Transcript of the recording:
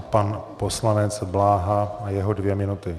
Pan poslanec Bláha a jeho dvě minuty.